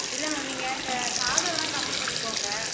இல்லை மேம் நீங்கள் இந்த சாதமெலாம் கம்மி பண்ணிக்கோங்க